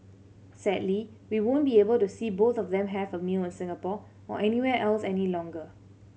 sadly we won't be able to see both of them have a meal in Singapore or anywhere else any longer